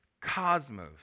cosmos